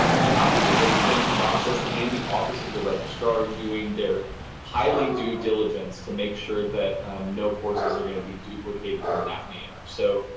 the optimization process and the office of the registrar doing their highly due diligence to make sure that no courses are going to be duplicated in that manner. so